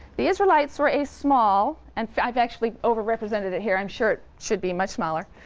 the israelites were a small, and i've actually overrepresented it here, i'm sure it should be much smaller,